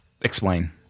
Explain